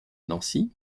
nancy